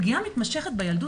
פגיעה מתמשכת בילדות,